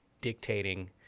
dictating